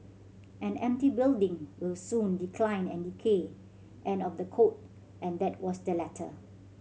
an empty building will soon decline and decay end of the quote and that was the letter